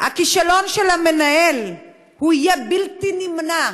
הכישלון של המנהל יהיה בלתי נמנע,